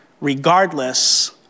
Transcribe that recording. regardless